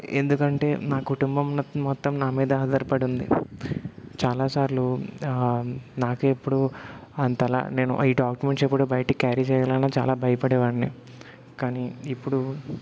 ఎందుకంటే నా కుటుంబం నత్ మొత్తం నామీద ఆధారపడుంది చాలా సార్లు నాకు ఇప్పుడు అంతలా నేను ఈ డాక్యుమెంట్స్ ఎప్పుడూ బయటకి క్యారీ చేయాలన్నా చాలా భయపడేవాడిని కానీ ఇప్పుడు